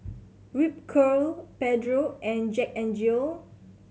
Ripcurl Pedro and Jack N Jill